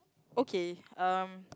okay erm